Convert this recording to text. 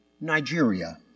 Nigeria